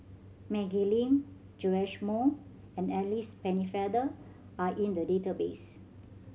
Maggie Lim Joash Moo and Alice Pennefather are in the database